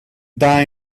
die